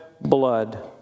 blood